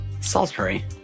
Salisbury